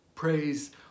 praise